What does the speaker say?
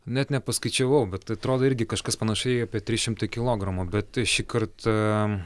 net nepaskaičiavau bet atrodo irgi kažkas panašiai apie trys šimtai kilogramų bet šį kartą